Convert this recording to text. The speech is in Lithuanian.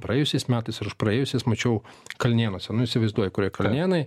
praėjusiais metais ir už praėjusiais mačiau kalnėnuose nu įsivaizduoji kur yra kalnėnai